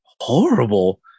horrible